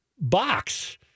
box